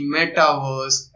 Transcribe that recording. Metaverse